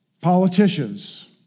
politicians